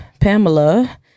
Pamela